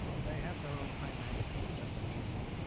they have their own time magazine which i'm going to show you.